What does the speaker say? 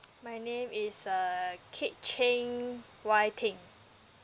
my name is err kate chen wai ting